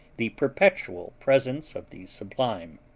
the perpetual presence of the sublime.